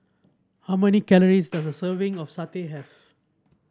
how many calories does a serving of satay have